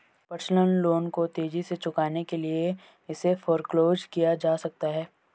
personal loan को तेजी से चुकाने के लिए इसे फोरक्लोज किया जा सकता है